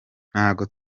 ntago